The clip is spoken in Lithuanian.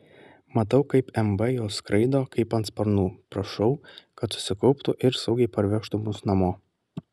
matau kaip mb jau skraido kaip ant sparnų prašau kad susikauptų ir saugiai parvežtų mus namo